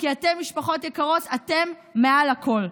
כי אתן, משפחות יקרות, אתן מעל הכול.